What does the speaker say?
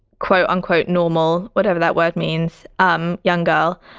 quote unquote, normal, whatever that word means, um young girl.